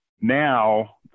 now